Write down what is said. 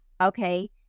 okay